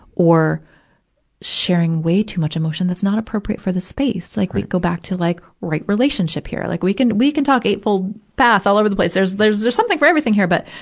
or sharing way too much emotion that's not appropriate for the space. like, we go back to like right relationship here. like we can, we can talk eight-fold path all over the place. there's, there's just something for everything here. but,